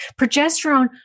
Progesterone